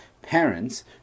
parents